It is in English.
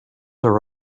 are